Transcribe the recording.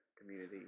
community